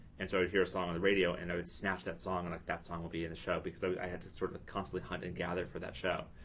and so i'd hear a song on the radio and i would snatch that song, and like that song will be in the show, because i had to sort of constantly hunt and gather for that show.